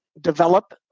develop